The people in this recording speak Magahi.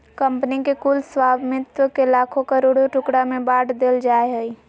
कंपनी के कुल स्वामित्व के लाखों करोड़ों टुकड़ा में बाँट देल जाय हइ